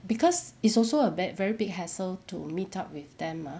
because it's also a bad very big hassle to meet up with them ah